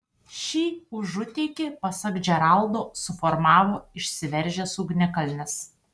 šį užutėkį pasak džeraldo suformavo išsiveržęs ugnikalnis